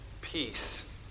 Peace